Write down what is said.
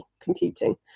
computing